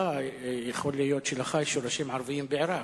יכול להיות שלך יש שורשים ערביים בעירק,